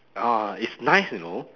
ah it's nice you know